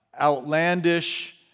outlandish